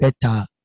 better